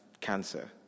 cancer